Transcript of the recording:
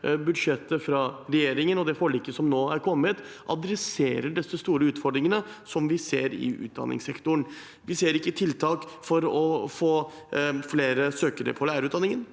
budsjettet fra regjeringen og det forliket som nå er kommet, tar tak i disse store utfordringene som vi ser i utdanningssektoren. Vi ser ikke tiltak for å få flere søkere på lærerutdanningen.